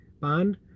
bond